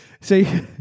See